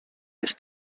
his